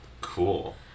Cool